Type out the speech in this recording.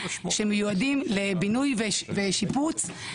שמיועדים לבינוי ושיפוץ.